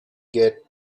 get